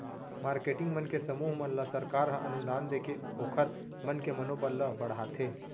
marketing मन के समूह मन ल सरकार ह अनुदान देके ओखर मन के मनोबल ल बड़हाथे